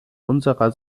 unserer